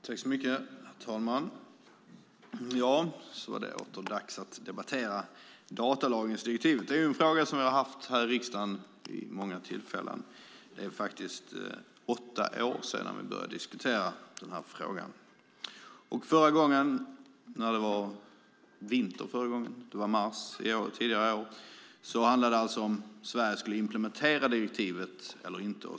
Herr talman! Så var det åter dags att debattera datalagringsdirektivet. Det är en fråga som vi har haft uppe i riksdagen vid många tillfällen. Det är faktiskt åtta år sedan vi började diskutera frågan. Senast vi diskuterade frågan var det vinter, i mars tidigare i år. Det handlade då om Sverige skulle implementera direktivet eller inte.